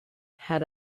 had